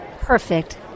Perfect